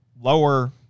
lower